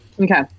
okay